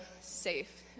safe